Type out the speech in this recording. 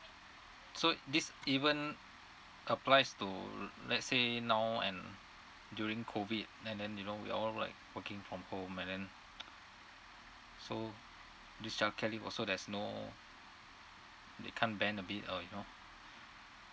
so this even applies to let's say now and during COVID and then you know we all like working from home and then so this childcare leave also there's no they can't bend a bit or you know